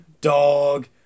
Dog